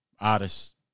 artists